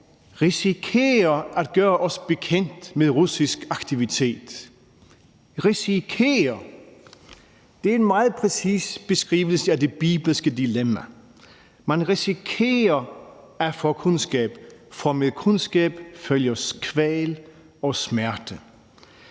risikerer at gøre os bekendt med russisk aktivitet. »Risikerer« er en meget præcis beskrivelse af det bibelske dilemma; man risikerer at få kundskab, for med kundskab følger kval og smerte.